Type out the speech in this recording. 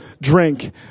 drink